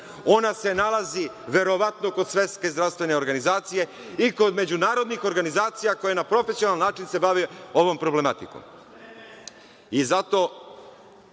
Ona se nalazi verovatno kod Svetske zdravstvene organizacije i kod međunarodnih organizacija koje se na profesionalan način bave ovom problematikom.